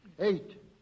Eight